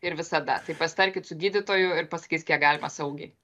ir visada tai pasitarkit su gydytoju ir pasakys kiek galima saugiai